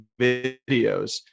videos